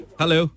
hello